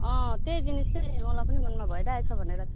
अँ त्यही जिनिस चाहिँ मलाई पनि मनमा भइरहेको छ भनेर